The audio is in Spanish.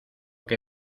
que